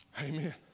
Amen